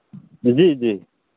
जी जी